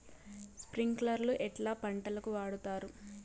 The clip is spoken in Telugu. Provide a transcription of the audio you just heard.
స్ప్రింక్లర్లు ఎట్లా పంటలకు వాడుతారు?